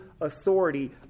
authority